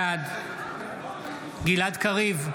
בעד גלעד קריב,